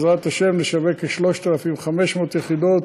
בעזרת השם, נשווק כ-3,500 יחידות.